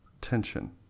Tension